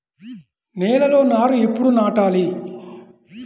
నేలలో నారు ఎప్పుడు నాటాలి?